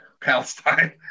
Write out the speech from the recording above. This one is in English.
Palestine